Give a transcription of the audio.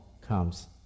comes